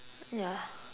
yeah